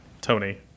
Tony